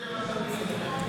להקריא את השאילתה,